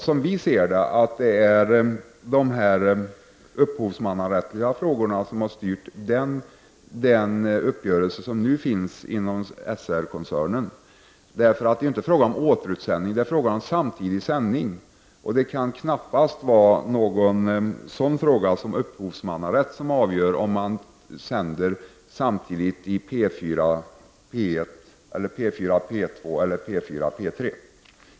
Som vi ser det är det inte de upphovsmannarättsliga frågorna som har styrt den uppgörelse som man nu har kommit fram till inom SR-koncernen. Det är inte fråga om återutsändning utan om samtidig sändning. Det kan knappast vara något sådant som upphovsmannarätt som avgör om man skall få sända program samtidigt i P 4 och P 1, P 4 och P 2 eller P 4 och P 3.